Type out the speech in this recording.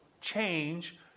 change